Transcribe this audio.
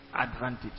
advantage